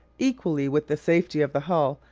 equally with the safety of the hull,